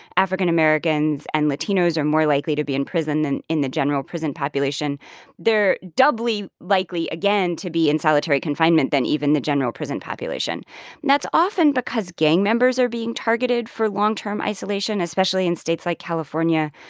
african-americans and latinos are more likely to be in prison than in the general prison population they're doubly likely, again, to be in solitary confinement than even the general prison population. and that's often because gang members are being targeted for long-term isolation, especially in states like california.